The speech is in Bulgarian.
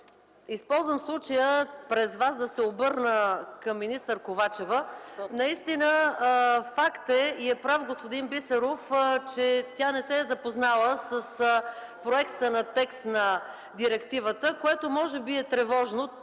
използвам случая през Вас да се обърна към министър Ковачева. Наистина, факт е и е прав господин Бисеров, че тя не се е запознала с проекта на текста на директивата, което може би е тревожно,